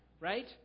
right